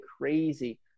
crazy